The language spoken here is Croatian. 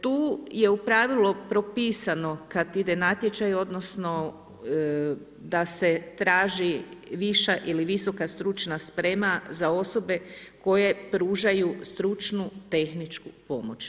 Tu je u pravilu propisano kad ide natječaj, odnosno, da se traži viša ili visoka stručna sprema, za osobe koje pružaju stručnu tehničku pomoć.